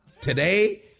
Today